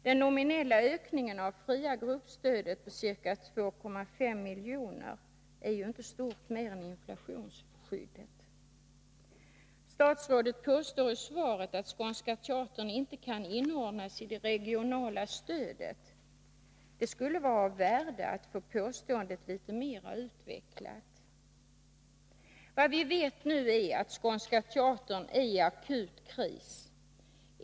Den nominella ökningen av fria gruppstödet på ca 2,5 milj.kr. är ju inte stort mer än inflationsskyddet. Statsrådet påstår i svaret att Skånska Teatern inte kan inordnas i det regionala stödet. Det skulle vara av värde att få det påståendet litet mer utvecklat. Vad vi vet nu är att Skånska Teatern är i akut kris.